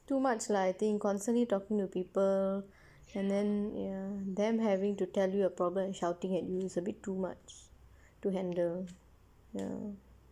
too much lah I think constantly talking to people can then ya them having to tell you a problem shouting at you means a bit too much to handle ya